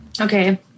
Okay